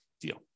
deal